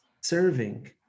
serving